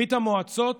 ברית המועצות